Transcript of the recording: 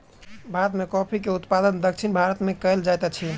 भारत में कॉफ़ी के उत्पादन दक्षिण भारत में कएल जाइत अछि